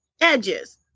Edges